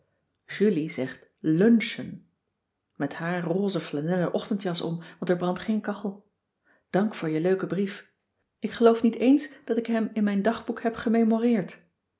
lunchen met haar rose flanellen ochtendjas om want er brandt geen kachel dank voor je leuken brief ik geloof niet eens dat ik hem in mijn dagboek heb